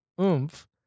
oomph